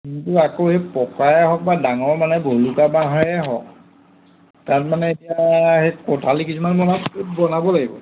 কিন্তু আকৌ সেই পকাই হওক বা ডাঙৰ মানে বলুকা বাঁহৰে হওক তাত মানে এতিয়া সেই কঁঠালি কিছুমান বনাব বনাব লাগিব